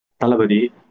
talabadi